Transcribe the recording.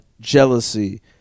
jealousy